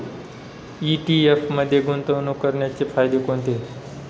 ETF मध्ये गुंतवणूक करण्याचे फायदे कोणते?